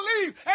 believe